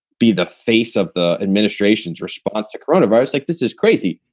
be the face of the administration's response to corona virus. like, this is crazy.